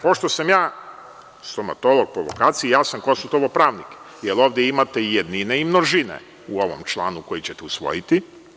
Pošto sam ja stomatolog po vokaciji, ja sam konsultovao pravnika jer ovde imate i jednine i množine u ovom članu koji ćete usvojiti.